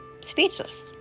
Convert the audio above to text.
speechless